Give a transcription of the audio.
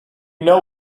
know